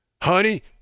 Honey